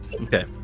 Okay